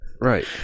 Right